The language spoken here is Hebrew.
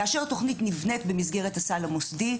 כאשר התוכנית נבנית במסגרת הסל המוסדי,